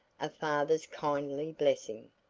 a father's kindly blessing.